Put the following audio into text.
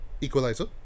Equalizer